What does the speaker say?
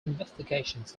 investigations